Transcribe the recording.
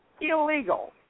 illegal